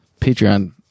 Patreon